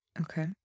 Okay